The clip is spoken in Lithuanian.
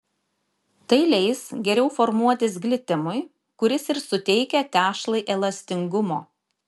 tai leis geriau formuotis glitimui kuris ir suteikia tešlai elastingumo